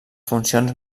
funcions